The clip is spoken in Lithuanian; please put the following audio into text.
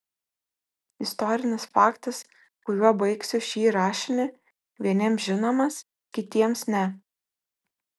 istorinis faktas kuriuo baigsiu šį rašinį vieniems žinomas kitiems ne